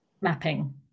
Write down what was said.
mapping